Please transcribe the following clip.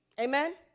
Amen